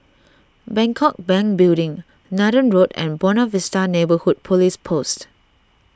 Bangkok Bank Building Nathan Road and Buona Vista Neighbourhood Police Post